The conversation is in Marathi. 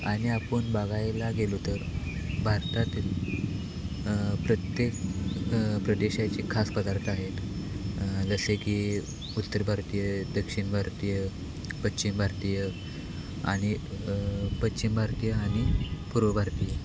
आणि आपण बाघायला गेलो तर भारतातील प्रत्येक प्रदेशाची खास पदार्थ आहेत जसे की उत्तर भारतीय दक्षिण भारतीय पश्चिम भारतीय आणि पश्चिम भारतीय आणि पूर्व भारतीय